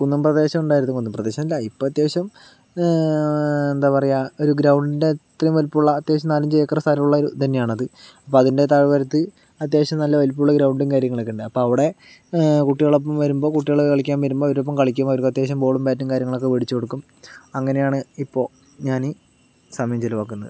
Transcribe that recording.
കുന്നുപ്രദേശം ഉണ്ടായിരുന്നു കുന്ന്പ്രദേശം അല്ല ഇപ്പോൾ അത്യാവശ്യം എന്താ പറയുക ഒരു ഗ്രൗണ്ട് അത്രയും വലുപ്പമുള്ള നാലഞ്ച് ഏക്കർ സ്ഥലം തന്നെയാണ് അത് അപ്പോൾ അതിൻ്റെ താഴ്വാരത്ത് അത്യാവശ്യം നല്ല വലുപ്പമുള്ള ഗ്രൗണ്ടും കാര്യങ്ങളൊക്കെ ഉണ്ട് അപ്പോൾ അവിടെ കുട്ടികൾ ഒപ്പം വരുമ്പോൾ കുട്ടികൾ കളിക്കാൻ വരുമ്പോൾ അവരോടൊപ്പം കളിക്കും അവർക്ക് അത്യാവശ്യം ബോളും ബാറ്റും കാര്യങ്ങളൊക്കെ മേടിച്ച് കൊടുക്കും അങ്ങനയാണ് ഇപ്പോൾ ഞാന് സമയം ചിലവാക്കുന്നത്